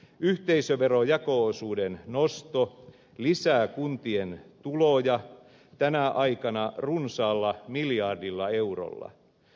yhteisöveron jako osuuden nosto lisää kuntien tuloja tänä aikana runsaalla miljardilla eurolla